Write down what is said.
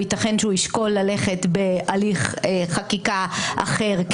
ייתכן שהוא ישקול ללכת בהליך חקיקה אחר,